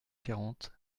quarante